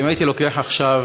אם הייתי לוקח עכשיו